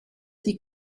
die